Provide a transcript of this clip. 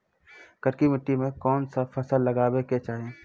करकी माटी मे कोन फ़सल लगाबै के चाही?